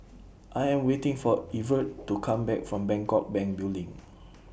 I Am waiting For Evertt to Come Back from Bangkok Bank Building